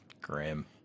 Grim